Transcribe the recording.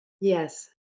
Yes